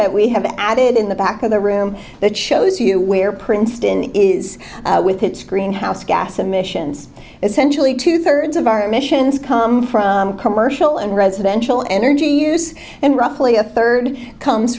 that we have added in the back of the room that shows you where princeton is with its greenhouse gas emissions essentially two thirds of our emissions come from commercial and residential energy use and roughly a third comes